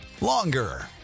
longer